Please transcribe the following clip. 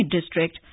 district